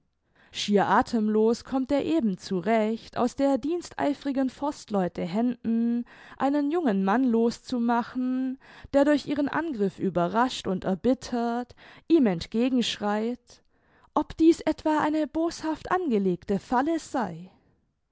schier athemlos kommt er eben zurecht aus der diensteifrigen forstleute händen einen jungen mann los zu machen der durch ihren angriff überrascht und erbittert ihm entgegenschreit ob dieß etwa eine boshaft angelegte falle sei